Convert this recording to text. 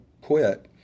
quit